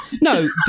No